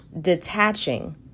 detaching